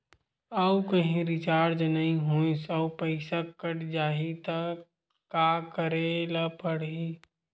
आऊ कहीं रिचार्ज नई होइस आऊ पईसा कत जहीं का करेला पढाही?